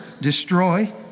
destroy